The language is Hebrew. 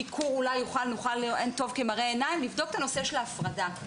אין טוב כמראה עיניים, לבדוק את הנושא של ההפרדה.